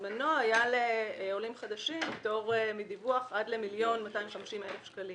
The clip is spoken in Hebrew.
בזמנו היה לעולים חדשים פטור מדיווח עד ל-1.250 מיליון שקלים